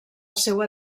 seua